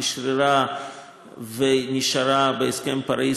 אשררה ונשארה בהסכם פריז,